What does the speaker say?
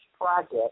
Project